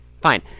Fine